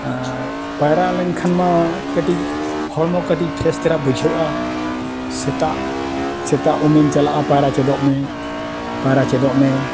ᱟᱨ ᱯᱟᱭᱨᱟ ᱞᱮᱱᱠᱷᱟᱱ ᱢᱟ ᱠᱟᱹᱴᱤᱡ ᱦᱚᱲᱢᱚ ᱠᱟᱹᱴᱤᱡ ᱯᱷᱮᱥ ᱫᱷᱟᱨᱟ ᱵᱩᱡᱷᱟᱹᱜᱼᱟ ᱥᱮᱛᱟᱜ ᱥᱮᱛᱟᱜ ᱩᱢᱮᱢ ᱪᱟᱞᱟᱜᱼᱟ ᱯᱟᱭᱨᱟ ᱪᱮᱫᱚᱜ ᱢᱮ ᱯᱟᱭᱨᱟ ᱪᱮᱫᱚᱜ ᱢᱮ